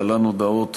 להלן הודעות